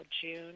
June